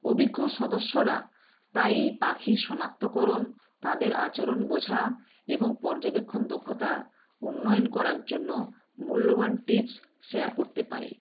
অভিজ্ঞ সদস্যরা প্রায়ই পাখি শনাক্তকরণ তাদের আচরণ বোঝা এবং পর্যবেক্ষণ দক্ষতা উন্নয়ন করার জন্য মূল্যবান টিপস শেয়ার করতে পারে